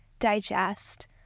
digest